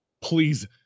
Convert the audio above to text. please